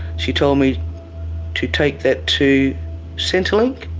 she told me to take that to centrelink.